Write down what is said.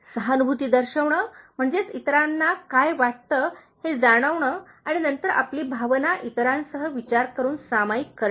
सहानुभूती दर्शविणे म्हणजेच इतरांना काय वाटते हे जाणवणे आणि नंतर आपली भावना इतरांसह विचार करून सामायिक करणे